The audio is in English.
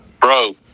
Bro